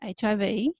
HIV